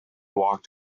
walked